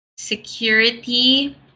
security